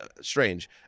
Strange